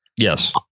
Yes